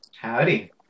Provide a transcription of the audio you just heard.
Howdy